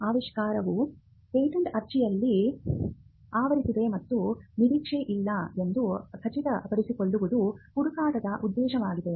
ಆವಿಷ್ಕಾರವು ಪೇಟೆಂಟ್ ಅರ್ಜಿಯಲ್ಲಿ ಆವರಿಸಿದೆ ಮತ್ತು ನಿರೀಕ್ಷೆಯಿಲ್ಲ ಎಂದು ಖಚಿತಪಡಿಸಿಕೊಳ್ಳುವುದು ಹುಡುಕಾಟದ ಉದ್ದೇಶವಾಗಿದೆ